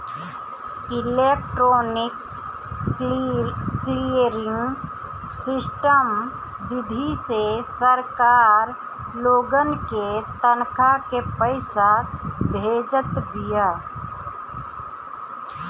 electronic clearing system विधि से सरकार लोगन के तनखा के पईसा भेजत बिया